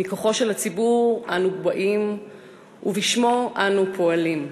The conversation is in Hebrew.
מכוחו של הציבור אנו באים ובשמו אנו פועלים.